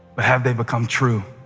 but have they become true